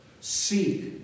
Seek